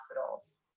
hospitals